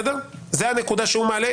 זו הנקודה שהוא מעלה.